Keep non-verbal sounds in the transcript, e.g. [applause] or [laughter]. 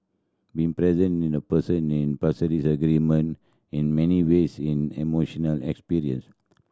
being present in a person [unintelligible] Paris Agreement in many ways an emotional experience